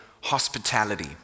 hospitality